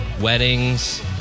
weddings